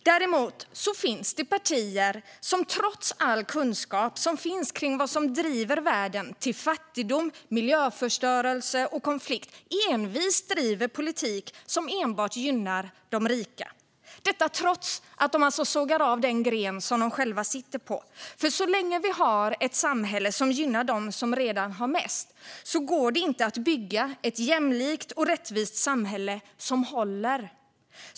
Däremot finns det partier som trots all kunskap som finns om vad som driver världen till fattigdom, miljöförstöring och konflikt envist driver politik som enbart gynnar de rika - detta trots att de sågar av den gren de själva sitter på. Så länge vi har ett samhälle som gynnar dem som redan har mest går det inte att bygga ett jämlikt och rättvist samhälle som håller.